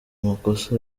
makosa